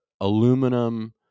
aluminum